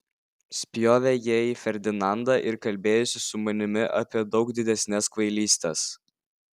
spjovė jie į ferdinandą ir kalbėjosi su manimi apie daug didesnes kvailystes